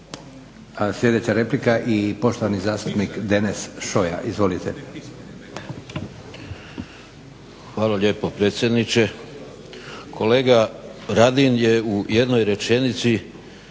Sljedeća replika i poštovani zastupnik Deneš Šoja. Izvolite. **Šoja, Deneš (Nezavisni)** Hvala lijepo predsjedniče. Kolega Radin je u jednoj rečenici